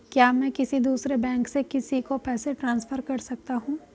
क्या मैं किसी दूसरे बैंक से किसी को पैसे ट्रांसफर कर सकता हूं?